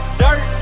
dirt